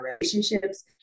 relationships